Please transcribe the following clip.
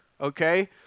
okay